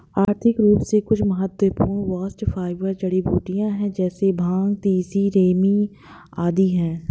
आर्थिक रूप से कुछ महत्वपूर्ण बास्ट फाइबर जड़ीबूटियां है जैसे भांग, तिसी, रेमी आदि है